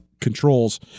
controls